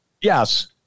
Yes